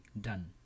done